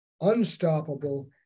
unstoppable